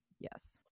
yes